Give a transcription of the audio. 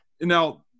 now